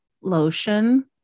lotion